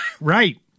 Right